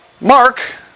Mark